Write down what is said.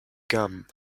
gum